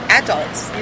adults